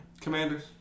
Commanders